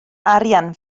arian